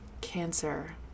Cancer